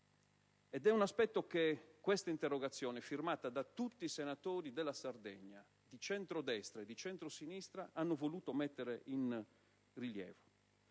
fondamentale che questa interrogazione, firmata da tutti i senatori della Sardegna, di centrodestra e centrosinistra, ha voluto mettere in rilievo.